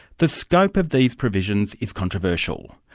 the scope of these provisions is controversial.